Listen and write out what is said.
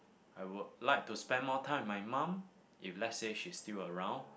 I would like to spend more time my mom if let's say she's still around